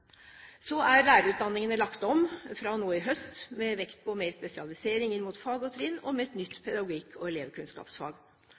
Så er lærerutdanningene lagt om fra nå i høst, med vekt på mer spesialisering inn mot fag og trinn og med et